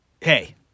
Hey